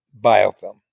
biofilm